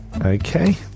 okay